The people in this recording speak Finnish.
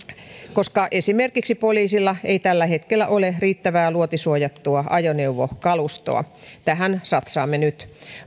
koska poliisilla ei tällä hetkellä ole riittävää luotisuojattua ajoneuvokalustoa tähän satsaamme nyt